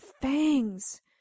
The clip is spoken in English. fangs